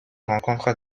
rencontrent